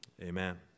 Amen